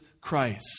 Christ